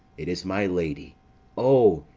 it is my lady o,